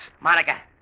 Monica